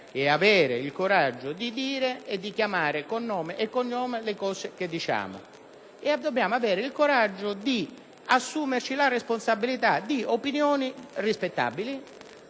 ad avere il coraggio di chiamare con il proprio nome le cose di cui parliamo e dobbiamo avere il coraggio di assumerci la responsabilità di opinioni rispettabili